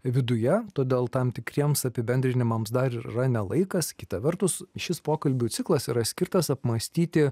viduje todėl tam tikriems apibendrinimams dar yra ne laikas kita vertus šis pokalbių ciklas yra skirtas apmąstyti